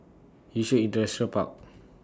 Yishun Industrial Park